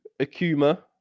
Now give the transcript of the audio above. Akuma